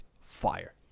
fire